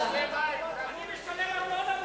נא להוציא אותו.